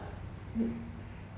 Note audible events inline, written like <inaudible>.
<noise>